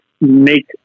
make